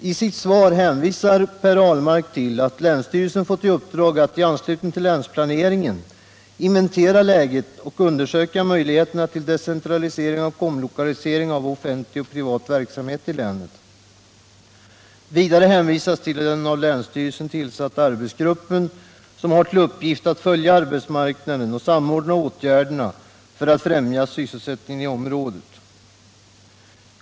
I sitt svar hänvisar Per Ahlmark till att länsstyrelsen fått i uppdrag att, i anslutning till länsplaneringen, inventera läget och undersöka möjligheterna till decentralisering och omlokalisering av offentlig och privat verksamhet i länet. Vidare hänvisas till den av länsstyrelsen tillsatta arbetsgruppen, som har till uppgift att följa arbetsmarknaden och samordna åtgärderna för att främja sysselsättningen i området.